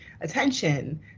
attention